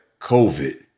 COVID